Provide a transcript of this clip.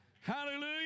Hallelujah